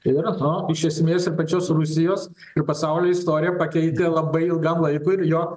ir na iš esmės ir pačios rusijos ir pasaulio istoriją pakeitė labai ilgam laikui ir jo